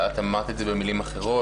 את אמרת את זה במילים אחרות,